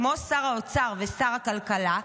כמו שר האוצר ושר הכלכלה,